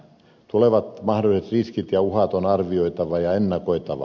tulevat mahdolliset riskit ja uhat on arvioitava ja ennakoitava